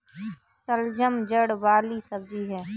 शलजम जड़ वाली सब्जी है